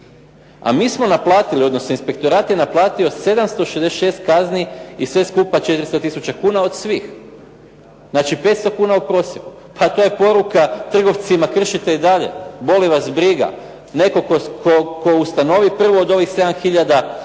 A mi smo naplatili, odnosno inspektorat je naplatio 766 kazni i sve skupa 400 tisuća kuna od svih. Znači 500 kuna u prosjeku. Pa to je poruka trgovcima, kršite i dalje, boli vas briga. Netko tko ustanovi prvo od ovih 7 tisuća